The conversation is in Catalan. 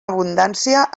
abundància